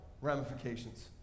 ramifications